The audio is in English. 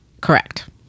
Correct